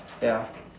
ya